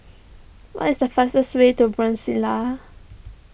what is the fastest way to Brasila